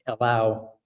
allow